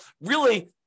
really-